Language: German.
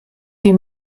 wie